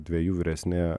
dvejų vyresni